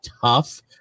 tough